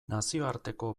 nazioarteko